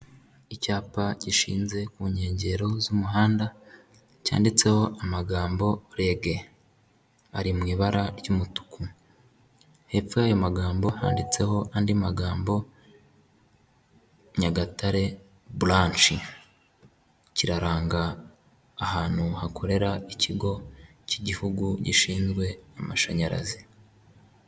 Icyapa gishinze ku nkengero z'umuhanda cyanditseho amagambo REG, ari mu ibara ry'umutuku hepfo yayo magambo handitseho andi magambo Nyagatare brance kiraranga ahantu hakorera ikigo cy'igihugu gishinzwe amashanyarazi.